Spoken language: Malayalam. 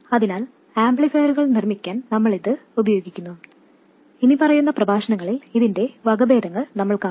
അതിനാൽ ആംപ്ലിഫയറുകൾ നിർമ്മിക്കാൻ നമ്മൾ ഇത് ഉപയോഗിക്കുന്നു ഇനിപ്പറയുന്ന പ്രഭാഷണങ്ങളിൽ ഇതിന്റെ വകഭേദങ്ങൾ നമ്മൾ കാണും